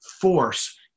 force